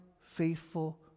faithful